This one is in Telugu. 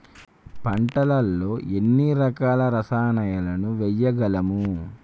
పంటలలో ఎన్ని రకాల రసాయనాలను వేయగలము?